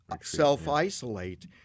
self-isolate